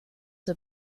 zur